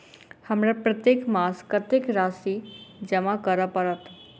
हमरा प्रत्येक मास कत्तेक राशि जमा करऽ पड़त?